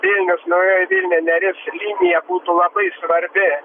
vilnius naujoji vilnia neries linija būtų labai svarbi